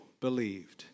believed